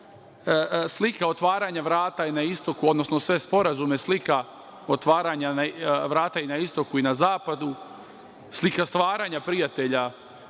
slika otvaranja vrata i na istoku, odnosno sve sporazume, slika otvaranja vrata i na istoku i na zapadu, slika stvaranja prijatelja